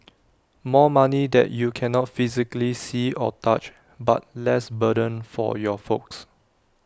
more money that you cannot physically see or touch but less burden for your folks